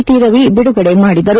T Ravi ಬಿಡುಗಡೆ ಮಾಡಿದರು